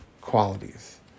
qualities